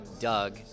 Doug